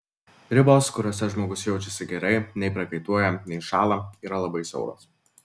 ribos kuriose žmogus jaučiasi gerai nei prakaituoja nei šąla yra labai siauros